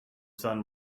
sun